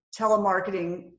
telemarketing